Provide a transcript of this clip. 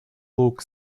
look